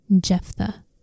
Jephthah